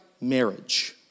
marriage